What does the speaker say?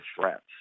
threats